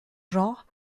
genre